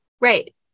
Right